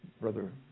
Brother